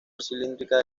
cilíndrica